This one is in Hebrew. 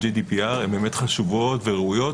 GDPR. הן חשובות וראויות.